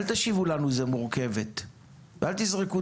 אל תשיבו לנו זו שאלה מורכבת ואל תזרקו